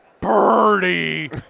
Birdie